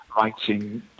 writing